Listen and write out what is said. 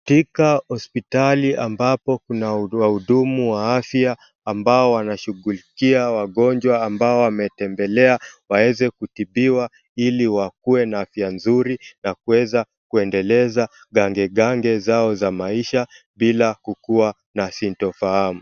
Katika hospitali ambapo kuna wahudumu wa afya ambao wanashughulikia wagonjwa ambao wametembelea ili wawe na afya nzuri na kuendeleza gangegange zao za maisha bila kuwa na sintofahamu.